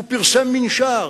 הוא פרסם מנשר,